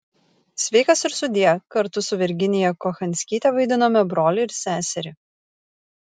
sveikas ir sudie kartu su virginiją kochanskyte vaidinome brolį ir seserį